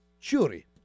churi